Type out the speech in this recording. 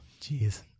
Jeez